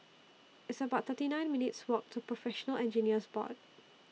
It's about thirty nine minutes' Walk to Professional Engineers Board